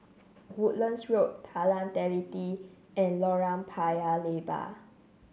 Woodlands Road Jalan Teliti and Lorong Paya Lebar